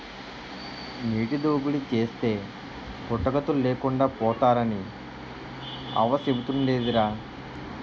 నీటి దోపిడీ చేస్తే పుట్టగతులు లేకుండా పోతారని అవ్వ సెబుతుండేదిరా